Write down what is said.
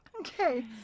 okay